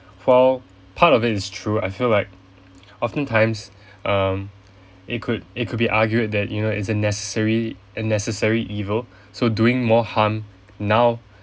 well part of it is true I feel like often times um it could it could be argued that you know it's a necessary a necessary evil so doing more harm now